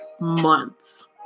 months